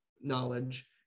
knowledge